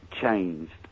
changed